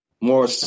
more